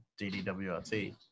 ddwrt